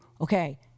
okay